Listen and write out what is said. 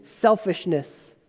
selfishness